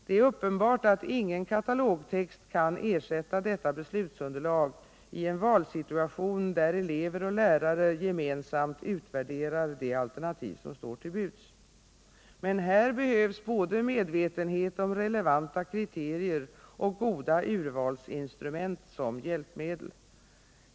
Det är uppenbart att ingen katalogtext kan ersätta detta beslutsunderlag i en valsituation, där elever och lärare gemensamt utvärderar de alternativ som står till buds. Men här behövs både medvetenhet om relevanta kriterier och goda urvalsinstrument som hjälpmedel.